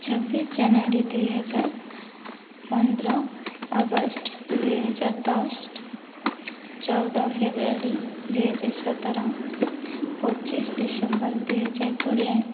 ଛବିଶ ଜାନୁଆରୀ ଦୁଇହଜାର ପନ୍ଦର ଅଗଷ୍ଟ ଦୁଇହଜାର ଦଶ ଚଉଦ ଫେବୃଆରୀ ଦୁଇହଜାର ସତର ପଚିଶ ଡିସେମ୍ବର୍ ଦୁଇହଜାର କୋଡ଼ିଏ